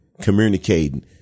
communicating